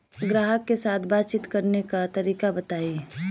ग्राहक के साथ बातचीत करने का तरीका बताई?